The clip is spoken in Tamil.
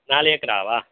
நாலு ஏக்கராவா